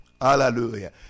hallelujah